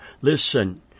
Listen